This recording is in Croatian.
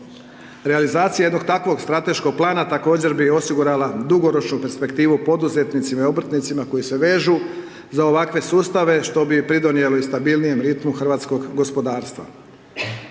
Realizacija jednog takvog strateškog plana također bi osigurala dugoročnu perspektivu poduzetnicima i obrtnicima koji se vežu za ovakve sustave, što bi pridonijelo i stabilnijem ritmu hrvatskog gospodarstva.